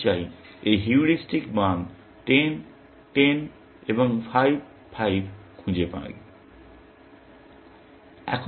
আমি চাই আমি এই হিউরিস্টিক মান 10 10 এবং 5 5 খুঁজে পাই